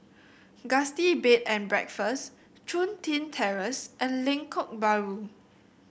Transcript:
Gusti Bed and Breakfast Chun Tin Terrace and Lengkok Bahru